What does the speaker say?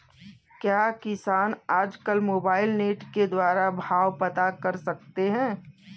क्या किसान आज कल मोबाइल नेट के द्वारा भाव पता कर सकते हैं?